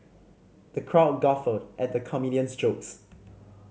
the crowd guffawed at the comedian's jokes